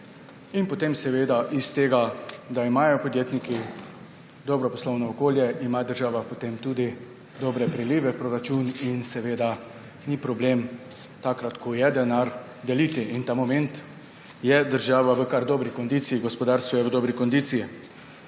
okolje, in če imajo podjetniki dobro poslovno okolje, ima država potem tudi dobre prilive v proračun in seveda ni problem, takrat ko je, denar deliti. Ta moment je država v kar dobri kondiciji, gospodarstvo je v dobri kondiciji.